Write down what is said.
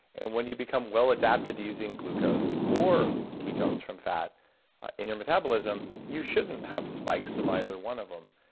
and when you become well-adapted using glucose or ketones from fat in your metabolism, you shouldn't have spikes of either one of them.